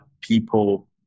people